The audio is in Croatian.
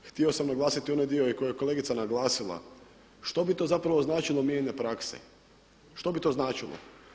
Htio sam naglasiti i onaj dio koji je i kolegica naglasila što bi to zapravo značilo mijenjanja prakse, što bi to značilo?